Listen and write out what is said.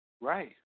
Right